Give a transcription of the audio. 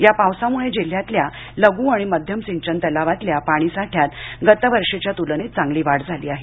यापावसामुळे जिल्ह्यातील लघु मध्यम सिंचन तलावातील पाणी साठ्यात गतवर्षीच्या तुलनेत चांगली वाढ झाली आहे